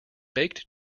baked